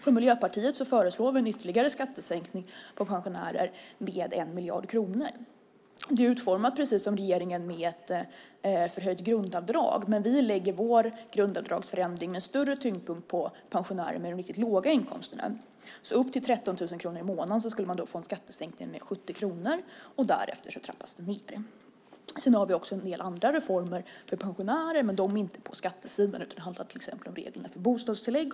Från Miljöpartiet föreslår vi en ytterligare skattesänkning för pensionärer med 1 miljard kronor. Den är utformad precis som regeringens sänkning, som ett förhöjt grundavdrag. Men vi lägger i vår grundavdragsförändring en större tyngdpunkt på pensionärer med de riktigt låga inkomsterna. För upp till 13 000 kronor i månaden skulle man då få en skattesänkning med 70 kronor. Därefter trappas det ned. Vi har också en del andra reformer för pensionärer, men de är inte på skattesidan. Det handlar till exempel om reglerna för bostadstillägg.